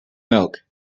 milk